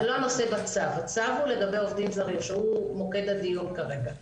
הצו הוא לגבי עובדים זרים, שזה מוקד הדיון כרגע.